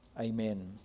Amen